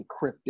encrypted